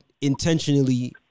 intentionally